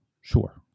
Sure